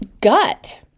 gut